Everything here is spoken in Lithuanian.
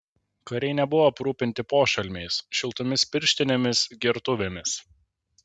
kariai nebuvo aprūpinti pošalmiais šiltomis pirštinėmis gertuvėmis